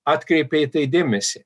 atkreipė į tai dėmesį